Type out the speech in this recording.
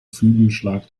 flügelschlag